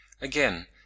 Again